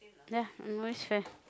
ya I'm always fair